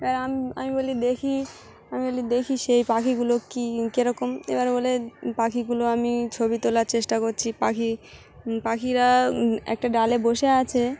এবার আমি আমি বলি দেখি আমি বলি দেখি সেই পাখিগুলো কী কীরকম এবার বলে পাখিগুলো আমি ছবি তোলার চেষ্টা করছি পাখি পাখিরা একটা ডালে বসে আছে